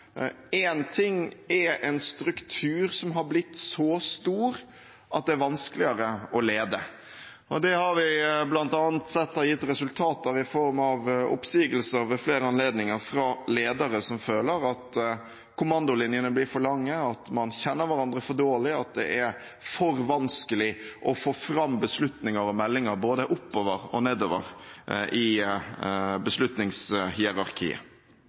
ting er en struktur som har blitt så stor at det er vanskeligere å lede. Det har vi bl.a. sett har gitt resultater ved flere anledninger i form av oppsigelser fra ledere som føler at kommandolinjene blir for lange, at man kjenner hverandre for dårlig, og at det er for vanskelig å få fram beslutninger og meldinger både oppover og nedover i